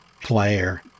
player